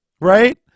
right